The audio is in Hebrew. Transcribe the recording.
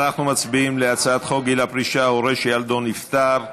אנחנו מצביעים על הצעת חוק גיל פרישה (הורה שילדו נפטר)